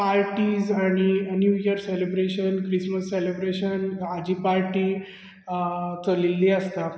parties आनी new year celebration Christmas celebration हाची party चलिल्ली आसता